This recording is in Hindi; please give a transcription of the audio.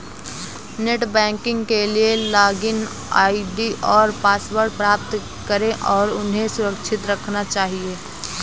नेट बैंकिंग के लिए लॉगिन आई.डी और पासवर्ड प्राप्त करें और उन्हें सुरक्षित रखना चहिये